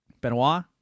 Benoit